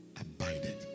abided